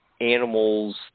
animals